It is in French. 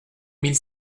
mille